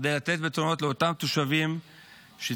כדי לתת פתרונות לאותם תושבים שצריכים